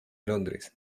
londres